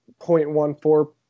0.14